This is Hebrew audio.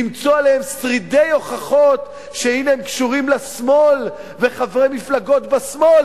למצוא עליהם שרידי הוכחות שהנה הם קשורים לשמאל וחברי מפלגות בשמאל,